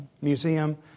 museum